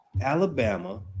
Alabama